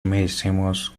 merecemos